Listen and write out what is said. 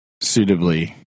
suitably